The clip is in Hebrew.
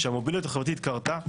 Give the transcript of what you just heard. שהמוביליות החברתית קרתה?